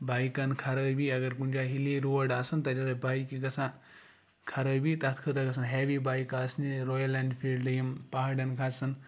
بایِکَن خرٲبی اگر کُنہِ جایہِ ہِلی روڈ آسَن تَتہِ ہسا بایِکہِ گژھان خرٲبی تَتھ خٲطرٕ گژھان ہیوی بایِک آسنہِ رویَل اٮ۪نفیٖلڈٕ یِم پَہاڑَن کھَسَن